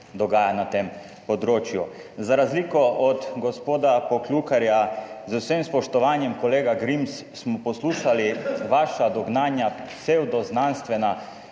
na tem področju. Za razliko od gospoda Poklukarja, z vsem spoštovanjem, kolega Grims, smo poslušali vaša dognanja, psevdoznanstvena,